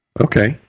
Okay